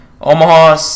Omaha